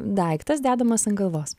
daiktas dedamas ant galvos